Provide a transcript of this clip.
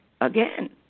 again